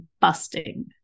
busting